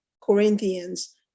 corinthians